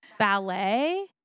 ballet